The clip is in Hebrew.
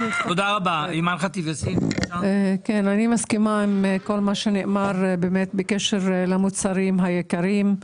אני מסכימה עם כל מה שנאמר בקשר למוצרים היקרים.